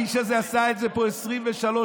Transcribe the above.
האיש הזה עשה את זה פה 23 שנה,